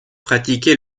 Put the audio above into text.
pratique